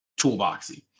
toolboxy